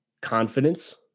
confidence